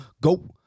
go